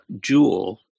jewel